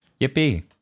Yippee